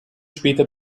später